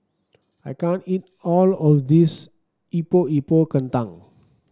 I can't eat all of this Epok Epok Kentang